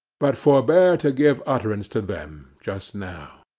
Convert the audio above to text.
but forbear to give utterance to them just now